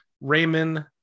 Raymond